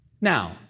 Now